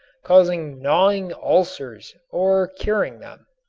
causing gnawing ulcers or curing them.